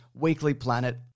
weeklyplanet